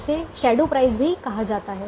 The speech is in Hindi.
इसे शैडो प्राइस भी कहा जाता है